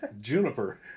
juniper